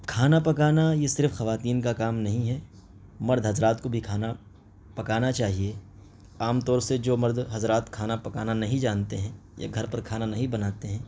کھانا پکانا یہ صرف خواتین کا کام نہیں ہے مرد حضرات کو بھی کھانا پکانا چاہیے عام طور سے جو مرد حضرات کھانا پکانا نہیں جانتے ہیں یا گھر پر کھانا نہیں بناتے ہیں